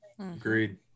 Agreed